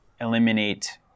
eliminate